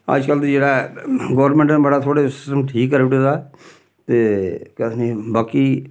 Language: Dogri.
अज्जकल ते जेह्ड़ा गौरमेंट ने बड़ा थोह्ड़ा सिस्टम ठीक करी ओड़े दा ते केह् आखदे बाकी